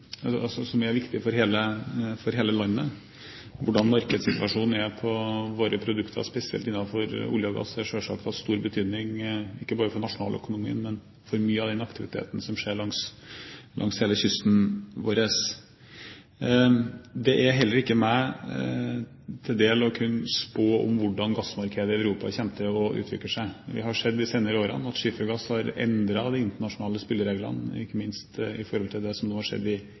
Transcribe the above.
som er viktige for hele landet. Hvordan markedssituasjonen er for våre produkter spesielt innenfor olje og gass, er selvsagt av stor betydning ikke bare for nasjonaløkonomien, men for mye av den aktiviteten som skjer langs hele kysten vår. Det er heller ikke meg til del å kunne spå om hvordan gassmarkedet i Europa kommer til å utvikle seg. Vi har sett de senere årene at skifergass har endret de internasjonale spillereglene, ikke minst i forhold til det som nå har skjedd i